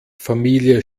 familie